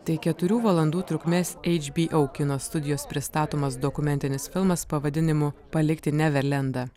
tai keturių valandų trukmės eič by au studijos pristatomas dokumentinis filmas pavadinimu palikti neverlendą